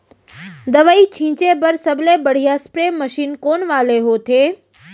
दवई छिंचे बर सबले बढ़िया स्प्रे मशीन कोन वाले होथे?